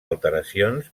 alteracions